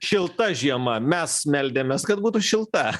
šilta žiema mes meldėmės kad būtų šilta